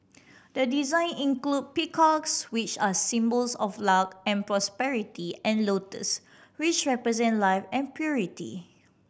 the design include peacocks which are symbols of luck and prosperity and lotuses which represent life and purity